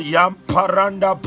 Yamparanda